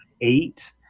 eight